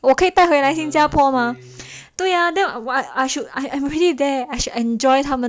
我可以带回来新加坡 mah 对啊 that's I should I I'm really there I should enjoy 他们倒地的 authentic 好吃的 food